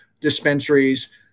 dispensaries